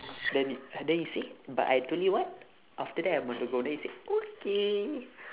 then then you see but I told you what after that I need to go then you say okay